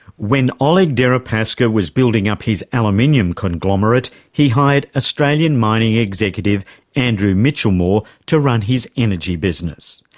when oleg deripaska was building up his aluminium conglomerate, he hired australian mining executive andrew michelmore to run his energy business.